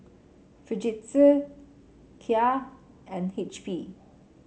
Fujitsu Kia and H P